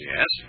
Yes